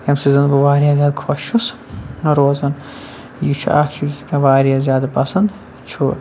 ییٚمہِ سۭتۍ زَن بہٕ واریاہ زیادٕ خۄش چھُس روزان یہِ چھُ اَکھ چیٖز مےٚ واریاہ زیادٕ پَسنٛد چھُ